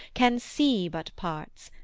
can see but parts,